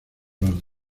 los